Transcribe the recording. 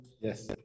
Yes